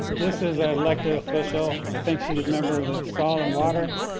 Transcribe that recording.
this is an elected official, i think she's a member of the soil and water?